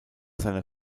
seiner